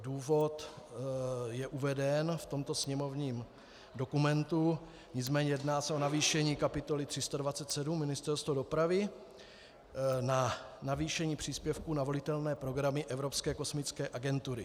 Důvod je uveden v tomto sněmovním dokumentu, nicméně jedná se o navýšení kapitoly 327 Ministerstvo dopravy na navýšení příspěvku na volitelné programy Evropské kosmické agentury.